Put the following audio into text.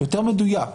יותר מדויק,